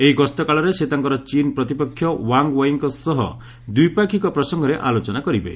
ଏହି ଗସ୍ତକାଳରେ ସେ ତାଙ୍କର ଚୀନ୍ ପ୍ରତିପକ୍ଷ ୱାଙ୍ଗ୍ ୱାଇଙ୍କ ସହ ଦ୍ୱିପାକ୍ଷିକ ପ୍ରସଙ୍ଗରେ ଆଲୋଚନା କରିବେ